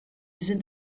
sind